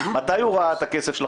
מתי הוא ראה את הכסף?